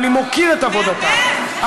ואני מוקיר את עבודתן.